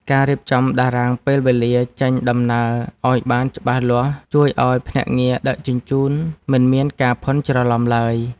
ការរៀបចំតារាងពេលវេលាចេញដំណើរឱ្យបានច្បាស់លាស់ជួយឱ្យភ្នាក់ងារដឹកជញ្ជូនមិនមានការភាន់ច្រឡំឡើយ។